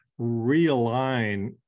realign